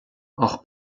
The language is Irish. ach